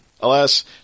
alas